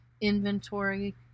inventory